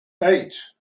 eight